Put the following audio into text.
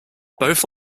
both